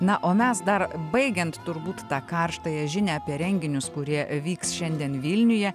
na o mes dar baigiant turbūt tą karštąją žinią apie renginius kurie vyks šiandien vilniuje